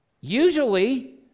Usually